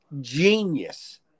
genius